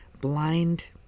blind